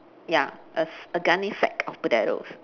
ya a s~ a gunnysack of potatoes